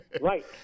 Right